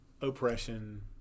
oppression